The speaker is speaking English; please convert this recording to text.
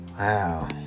Wow